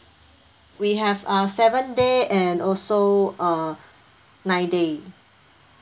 we have uh seven day and also uh nine day